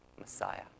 Messiah